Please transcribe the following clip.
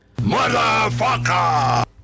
Motherfucker